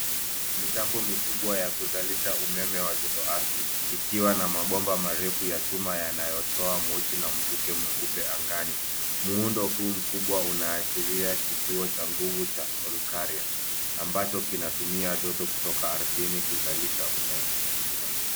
Mifumo mikubwa ya kuzalisha umeme wa joto ardhi ikiwa na mabomba marefu ya chuma yanayotoa moshi na mvuke mweupe angani. Muundo huu mkubwa unaashiria kituo cha nguvu cha Olkaria, ambacho kinatumia joto kutoka ardhini kuzalisha umeme.